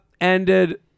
ended